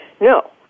No